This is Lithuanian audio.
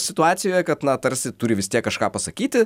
situacijoje kad na tarsi turi vis tiek kažką pasakyti